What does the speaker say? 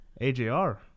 AJR